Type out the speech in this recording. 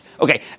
Okay